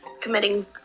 committing